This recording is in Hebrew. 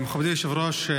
מכובדי היושב-ראש,